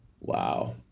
Wow